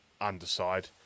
underside